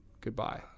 goodbye